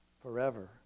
forever